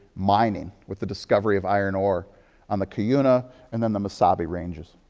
mining, with the discovery of iron ore on the cuyuna and then the mesabi ranges.